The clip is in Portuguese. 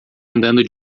andando